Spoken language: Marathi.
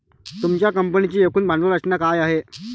तुमच्या कंपनीची एकूण भांडवल रचना काय आहे?